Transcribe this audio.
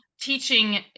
teaching